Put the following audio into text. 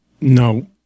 No